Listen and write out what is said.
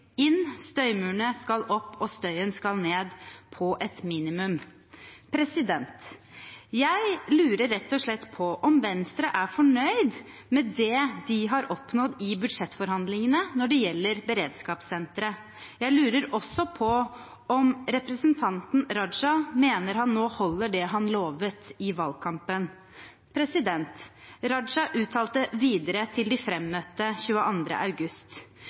inn, støymurene skal opp, og støyen skal ned på et minimum. Jeg lurer rett og slett på om Venstre er fornøyd med det de har oppnådd i budsjettforhandlingene når det gjelder beredskapssenteret. Jeg lurer også på om representanten Raja mener han nå holder det han lovet i valgkampen. Raja uttalte videre til de frammøtte 22. august: